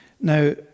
Now